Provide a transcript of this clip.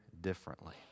differently